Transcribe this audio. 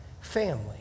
family